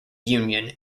union